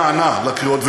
למה אתה לא נענה לקריאות?